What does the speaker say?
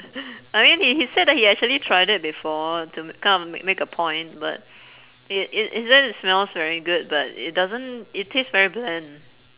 I mean h~ he said that he actually tried it before to kind of make a point but h~ h~ he said it smells very good but it doesn't it taste very bland